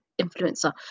influencer